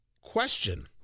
question